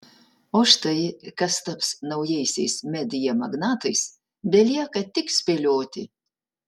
o štai kas taps naujaisiais media magnatais belieka tik spėlioti